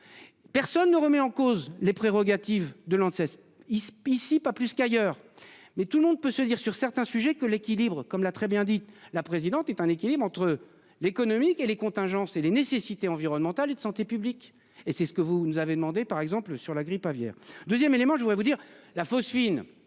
Personne ne remet en cause les prérogatives de lancer il spicy pas plus qu'ailleurs, mais tout le monde peut se dire, sur certains sujets que l'équilibre comme l'a très bien dit, la présidente est un équilibre entre l'économique et les contingences et les nécessités environnementales et de santé publique et c'est ce que vous nous avez demandé par exemple sur la grippe aviaire 2ème élément je voudrais vous dire, la phosphine.